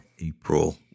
April